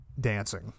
dancing